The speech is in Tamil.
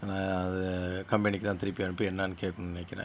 அதை கம்பெனிக்கு தான் திருப்பி அனுப்பி என்னென்னு கேக்கணும்னு நெனைக்கிறேன்